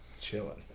chilling